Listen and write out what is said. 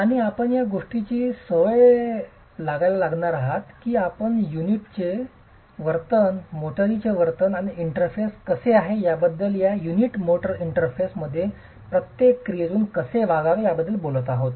आणि आपण या गोष्टीची सवय लागायला लागणार आहात की आपण युनिटचे वर्तन मोर्टारचे वर्तन आणि इंटरफेस कसे आहे याबद्दल या युनिट मोर्टार इंटरफेस मध्ये प्रत्येक क्रियेतून कसे वागावे याबद्दल बोलत आहोत